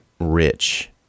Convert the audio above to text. rich